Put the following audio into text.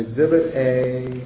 exhibit a